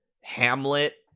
Hamlet